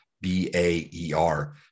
B-A-E-R